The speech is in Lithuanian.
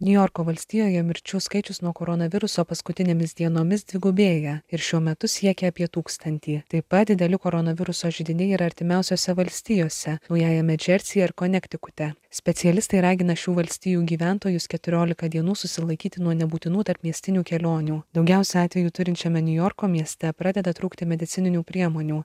niujorko valstijoje mirčių skaičius nuo koronaviruso paskutinėmis dienomis dvigubėja ir šiuo metu siekia apie tūkstantį taip pat dideli koronaviruso židiniai ir artimiausiose valstijose naujajame džersyje ir konektikute specialistai ragina šių valstijų gyventojus keturiolika dienų susilaikyti nuo nebūtinų tarpmiestinių kelionių daugiausia atvejų turinčiame niujorko mieste pradeda trūkti medicininių priemonių